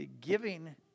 giving